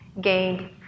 gained